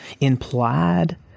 implied